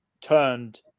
turned